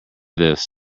this